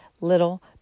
little